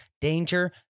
danger